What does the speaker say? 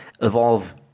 evolve